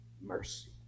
mercy